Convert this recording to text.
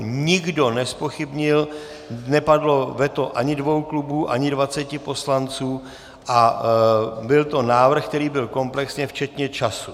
Nikdo nezpochybnil, nepadlo veto ani dvou klubů, ani dvaceti poslanců a byl to návrh, který byl komplexně včetně času.